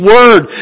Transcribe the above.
Word